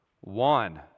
One